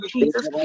Jesus